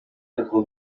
quatre